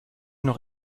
noch